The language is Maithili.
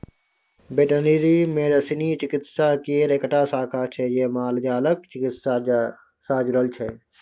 बेटनरी मेडिसिन चिकित्सा केर एकटा शाखा छै जे मालजालक चिकित्सा सँ जुरल छै